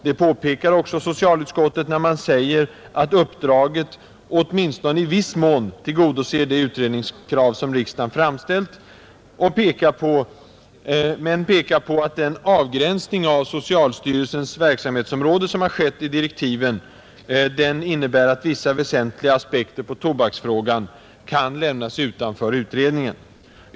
Det påpekar också socialutskottet, när man säger att uppdraget ”å minstone i viss mån tillgodoser de utredningskrav som riksdagen framställt”, men pekar på att ”den avgränsning till socialstyrelsens verksamhetsområde som skett i direktiven innebär att vissa väsentliga aspekter på tobaksfrågan kan lämnas utanför utredningen”.